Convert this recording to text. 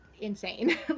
insane